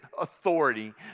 authority